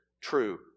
true